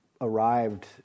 arrived